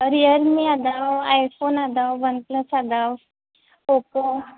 Realme ಅದಾವೆ iPhone ಅದಾವೆ OnePlus ಅದಾವೆ ಒಪ್ಪೋ